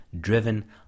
driven